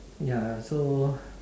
ya so